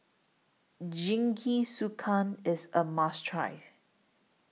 Jingisukan IS A must Try